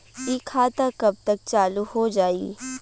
इ खाता कब तक चालू हो जाई?